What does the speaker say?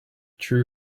true